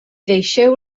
deixeu